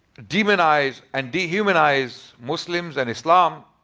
demonize and dehumanize muslims and islam